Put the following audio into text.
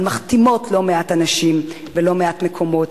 אבל מכתימות לא מעט אנשים ולא מעט מקומות: